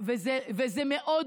וזה חוצה מגדרים,